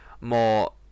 more